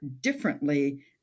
differently